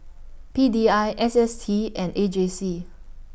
P D I S S T and A J C